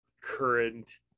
current